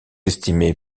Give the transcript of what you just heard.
estimé